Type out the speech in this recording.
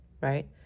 right